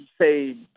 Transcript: say